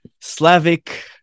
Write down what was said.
Slavic